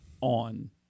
on